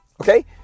Okay